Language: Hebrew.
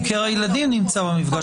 חוקר הילדים נמצא במפגש.